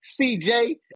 CJ